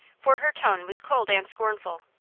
for her tone was cold and scornful.